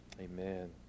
amen